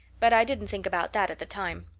but i didn't think about that at the time.